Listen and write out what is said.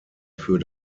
für